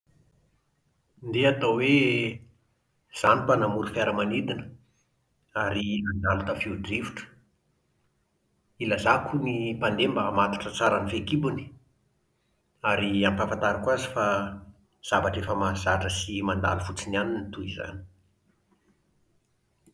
Ndeha hatao hoe izaho no mpanamory fiaramanidina, ary mandalo tafio-drivotra. Ilazako ny mpandeha mba hamatotra tsara ny fehikibony. Ary ampahafantariko azy fa zavatra efa mahazatra sy mandalo fotsiny ihany ny toy izany